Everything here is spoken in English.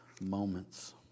moments